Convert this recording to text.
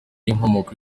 inkomoko